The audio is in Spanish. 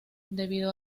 debido